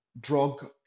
drug